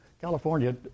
California